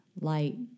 light